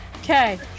Okay